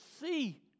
see